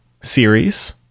series